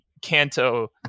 Kanto